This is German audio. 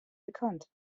bekannt